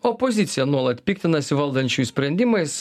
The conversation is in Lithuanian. opozicija nuolat piktinasi valdančiųjų sprendimais